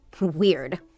Weird